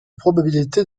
probabilité